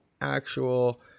actual